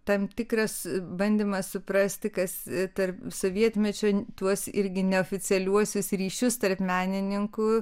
tam tikras bandymas suprasti kas tarp sovietmečio tuos irgi neoficialiuosius ryšius tarp menininkų